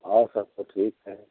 और सब तो ठीक है